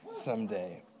someday